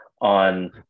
on